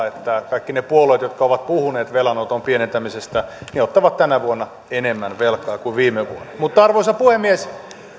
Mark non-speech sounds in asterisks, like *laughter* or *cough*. *unintelligible* että kaikki ne puolueet jotka ovat puhuneet velanoton pienentämisestä ottavat tänä vuonna enemmän velkaa kuin viime vuonna mutta arvoisa puhemies